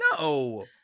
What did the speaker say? No